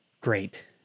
great